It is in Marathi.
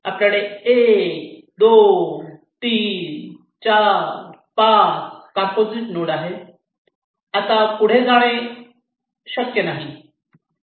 आपल्याकडे 1 2 3 4 5 कंपोझिट नोड आहेत आता पुढे जाणे शक्य नाही